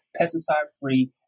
pesticide-free